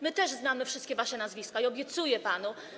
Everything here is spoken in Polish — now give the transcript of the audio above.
My też znamy wszystkie wasze nazwiska i obiecuję panu.